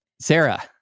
Sarah